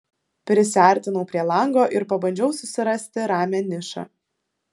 prisiartinau prie lango ir pabandžiau susirasti ramią nišą